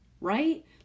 right